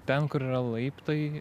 ten kur yra laiptai